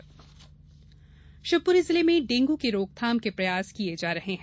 dengue Shivpuri जिले में dengue की रोकथाम के प्रयास किए जा रहें हैं